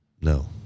No